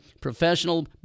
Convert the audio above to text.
professional